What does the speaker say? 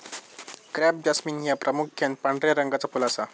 crape jasmine ह्या प्रामुख्यान पांढऱ्या रंगाचा फुल असा